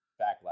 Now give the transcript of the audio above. backlash